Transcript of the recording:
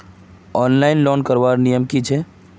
Online loan करवार नियम की छे?